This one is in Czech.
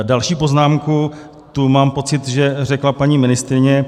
Další poznámku, tu mám pocit, že řekla paní ministryně.